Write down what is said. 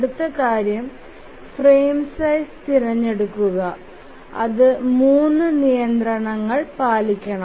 അടുത്ത കാര്യം frame size തിരഞ്ഞെടുക്കുക അത് 3 നിയന്ത്രണങ്ങൾ പാലിക്കണ